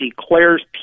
declares